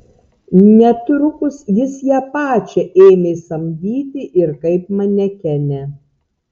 netrukus jis ją pačią ėmė samdyti ir kaip manekenę